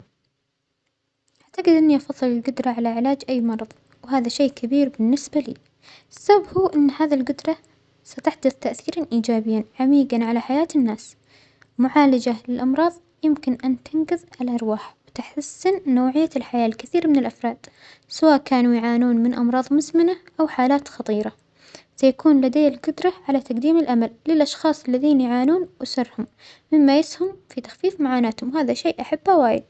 أعتجد إنى أفظل الجدرة على علاج أى مرض، وهذا شيء كبير بالنسبة لى، السبب هو أن هذا الجدرة ستحدث تأثيرا إيجابيا عميجا على حياة الناس، معالجة للأمراض يمكن لأن تنقذ الأرواح وتحسن نوعية الحياة للكثير من الأفراد سواء كانوا يعانون من أمراظ مزمنة أو حالات خطيرة سيكون لدى الجدرة على تقديم الأمل للأشخاص الذين يعانون وأسرهم مما يسهم في تخفيف معاناتهم، وهذا شيء أحبة وايد.